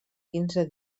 quinze